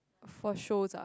for shows ah